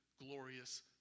glorious